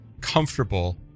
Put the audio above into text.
comfortable